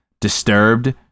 disturbed